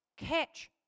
Catch